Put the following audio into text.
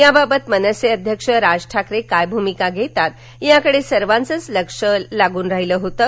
याबाबत मनसे अध्यक्ष राज ठाकरे काय भूमिका घेतात याकडे सर्वांचंच लक्ष लागून राहिलं होतं